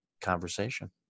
conversation